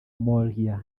moriah